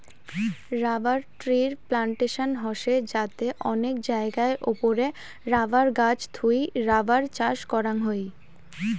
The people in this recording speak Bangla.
রবার ট্রির প্লানটেশন হসে যাতে অনেক জায়গার ওপরে রাবার গাছ থুই রাবার চাষ করাং হই